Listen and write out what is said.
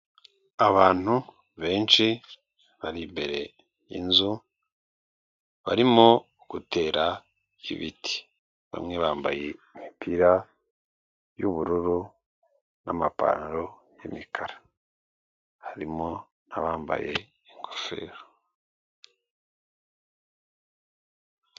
Abantu benshi bari imbere y'inzu barimo gutera ibiti, bamwe bambaye imipira y'ubururu n'amapantaro y'imikara, harimo n'abambaye ingofero.